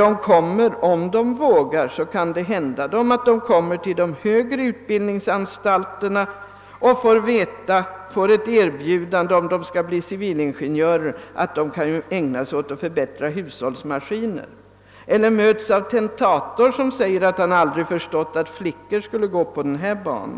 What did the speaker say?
De som vågar utbilda sig till civilingenjörer kan sedan få erbjudande om att ägna sig åt att förbättra hushållsmaskiner eller mötas av tentatorer som säger sig aldrig ha förstått varför flickor skulle gå på en sådan